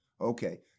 Okay